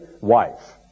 wife